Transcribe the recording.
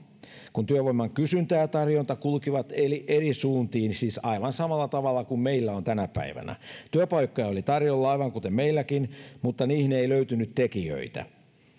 kun työvoiman kysyntä ja tarjonta kulkivat eri suuntiin siis aivan samalla tavalla kuin meillä on tänä päivänä työpaikkoja oli tarjolla aivan kuten meilläkin mutta niihin ei löytynyt tekijöitä